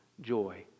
joy